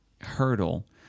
hurdle